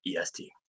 EST